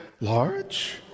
large